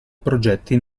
progetti